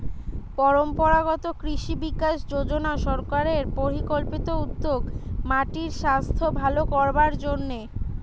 পরম্পরাগত কৃষি বিকাশ যজনা সরকারের পরিকল্পিত উদ্যোগ মাটির সাস্থ ভালো করবার জন্যে